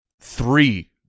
three